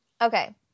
okay